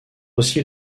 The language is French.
aussi